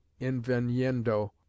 inveniendo